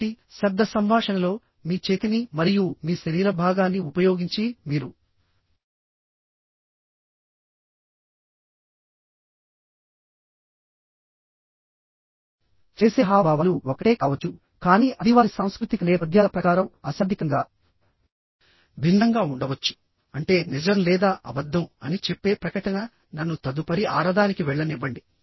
కాబట్టి శబ్ద సంభాషణలో మీ చేతిని మరియు మీ శరీర భాగాన్ని ఉపయోగించి మీరు చేసే హావభావాలు ఒకటే కావచ్చు కానీ అది వారి సాంస్కృతిక నేపథ్యాల ప్రకారం అశాబ్దికంగా భిన్నంగా ఉండవచ్చు అంటే నిజం లేదా అబద్ధం అని చెప్పే ప్రకటన నన్ను తదుపరి ఆరవదానికి వెళ్లనివ్వండి